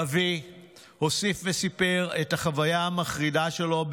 לביא הוסיף וסיפר את החוויה המחרידה שלו,